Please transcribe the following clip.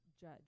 judge